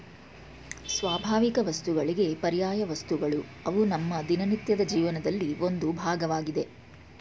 ಸ್ವಾಭಾವಿಕವಸ್ತುಗಳಿಗೆ ಪರ್ಯಾಯವಸ್ತುಗಳು ಅವು ನಮ್ಮ ದಿನನಿತ್ಯದ ಜೀವನದಲ್ಲಿ ಒಂದು ಭಾಗವಾಗಿದೆ